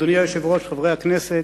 אדוני היושב-ראש, חברי הכנסת,